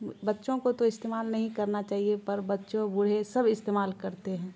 بچوں کو تو استعمال نہیں کرنا چاہیے پر بچوں بوڑھے سب استعمال کرتے ہیں